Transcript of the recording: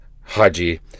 Haji